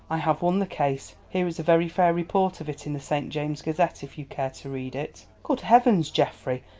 i have won the case. here is a very fair report of it in the st. james's gazette if you care to read it. good heavens, geoffrey!